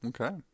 Okay